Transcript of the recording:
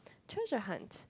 treasure hunt